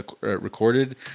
recorded